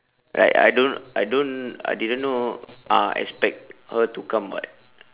like I don't I don't I didn't know ah expect her to come [what]